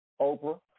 Oprah